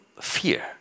fear